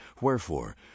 Wherefore